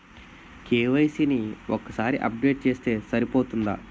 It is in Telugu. కే.వై.సీ ని ఒక్కసారి అప్డేట్ చేస్తే సరిపోతుందా?